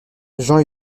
jean